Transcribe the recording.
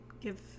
give